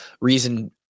reason